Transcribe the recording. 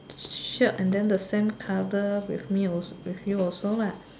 shirt and then the same cover with you with me also lah